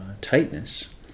tightness